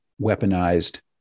weaponized